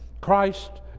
Christ